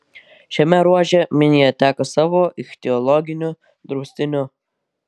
šiame ruože minija teka savo ichtiologiniu draustiniu